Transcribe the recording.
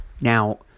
Now